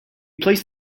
placed